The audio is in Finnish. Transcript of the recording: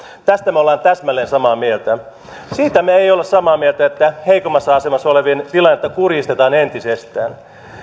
tästä me olemme täsmälleen samaa mieltä siitä me emme ole samaa mieltä että heikommassa asemassa olevien tilannetta kurjistetaan entisestään